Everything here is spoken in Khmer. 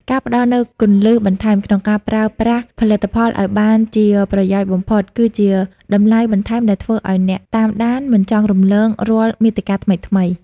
ការផ្តល់នូវគន្លឹះបន្ថែម ក្នុងការប្រើប្រាស់ផលិតផលឱ្យបានជាប្រយោជន៍បំផុត គឺជាតម្លៃបន្ថែមដែលធ្វើឱ្យអ្នកតាមដានមិនចង់រំលងរាល់មាតិកាថ្មីៗ។